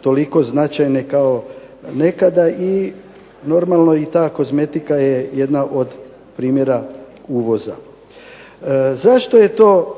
toliko značajne kao nekada i normalno i ta kozmetika je jedna od primjera uvoza. Zašto je to